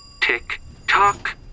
Tick-tock